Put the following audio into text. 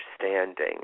understanding